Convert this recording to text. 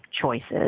choices